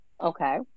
Okay